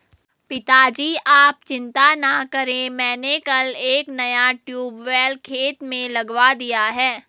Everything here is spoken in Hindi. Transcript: पिताजी आप चिंता ना करें मैंने कल एक नया ट्यूबवेल खेत में लगवा दिया है